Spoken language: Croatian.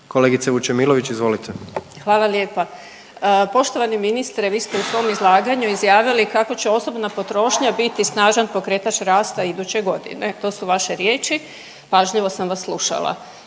(Hrvatski suverenisti)** Hvala lijepa. Poštovani ministre, vi ste u svom izlaganju izjavili kako će osobna potrošnja biti snažan pokretač rasta iduće godine. To su vaše riječi, pažljivo sam vas slušala.